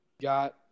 got